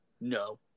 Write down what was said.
no